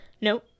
No